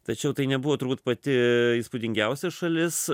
tačiau tai nebuvo turbūt pati įspūdingiausia šalis